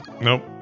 Nope